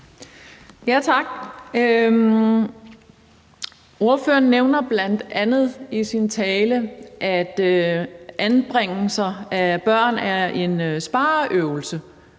Tak. Ordføreren nævner bl.a. i sin tale, at anbringelser af børn er en spareøvelse